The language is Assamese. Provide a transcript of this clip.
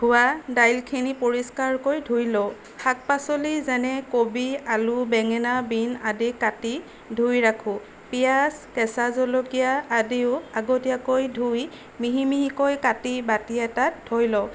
হোৱা দাইলখিনি পৰিষ্কাৰকৈ ধুই লওঁ শাক পাচলি যেনে কবি আলু বেঙেনা বিন আদি কাটি ধুই ৰাখোঁ পিঁয়াজ কেঁচা জলকীয়া আদিও আগতীয়াকৈ ধুই মিহি মিহিকৈ কাটি বাতি এটাত থৈ লওঁ